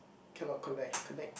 cannot collect connect